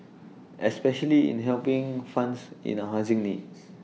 especially in helping funds in our housing needs